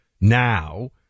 now